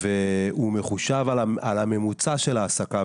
והוא מחושב על הממוצע של העסקה.